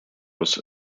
was